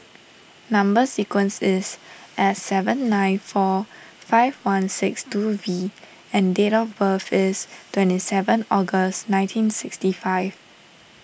Number Sequence is S seven nine four five one six two V and date of birth is twenty seven August nineteen sixty five